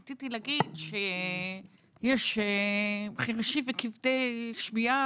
רציתי להגיד שיש בערך 800,000 חירשים וכבדי שמיעה,